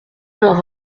leur